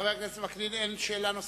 חבר הכנסת וקנין, אין שאלה נוספת.